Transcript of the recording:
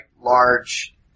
large